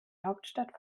hauptstadt